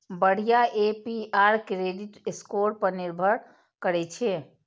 बढ़िया APR credit score पर निर्भर करै छै